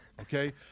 Okay